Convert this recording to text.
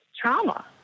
trauma